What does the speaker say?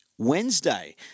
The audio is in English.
Wednesday